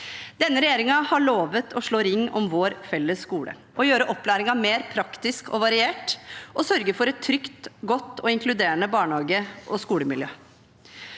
Denne regjeringen har lovet å slå ring om vår felles skole, gjøre opplæringen mer praktisk og variert og sørge for et trygt, godt og inkluderende barnehage- og skolemiljø.